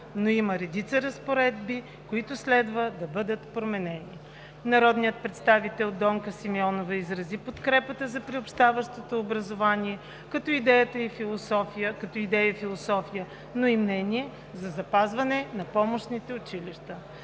но има редица разпоредби, които следва да бъдат променени. Народният представител Донка Симеонова изрази подкрепа за приобщаващото образование като идея и философия, но и мнение за запазване на помощните училища.